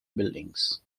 buildings